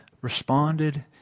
responded